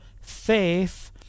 faith